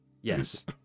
Yes